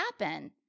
happen